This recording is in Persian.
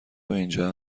اینجا